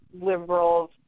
liberals